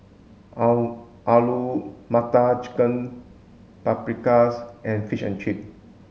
all Alu Matar Chicken Paprikas and Fish and Chips